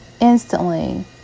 Instantly